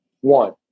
One